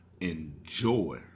Enjoy